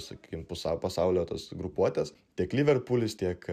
sakykim pusę pasaulio tas grupuotes tiek liverpulis tiek